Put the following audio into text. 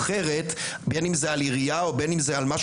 או אחרת בין אם זה על עירייה,